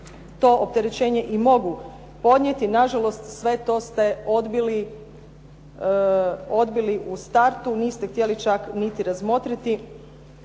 to opterećenje i mogu podnijeti. Nažalost, sve to ste odbili u startu niste htjeli čak ni razmotriti.